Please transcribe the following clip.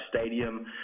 stadium